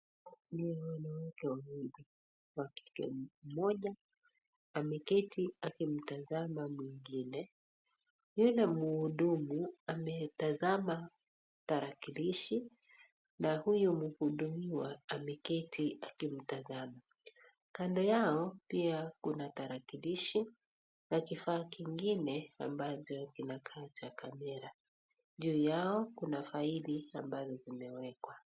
Ni wanawake wawili, mwanakike mmoja ameketi akimtazama mwingine. Yule mhudumu ametazama tarakilishi na huyo mhudumiwa ameketi akimtazama. Kando yao pia kuna tarakilishi na kifaa kingine ambazo Una za kamera. Nyuma yao kuna faili ambazo zimewekwa.